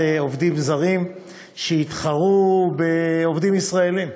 עובדים זרים שיתחרו בעובדים ישראלים.